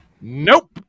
nope